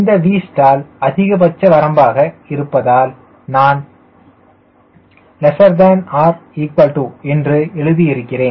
இந்த Vstall அதிகபட்ச வரம்பாக இருப்பதால் நான் என்று எழுதி இருக்கிறேன்